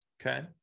okay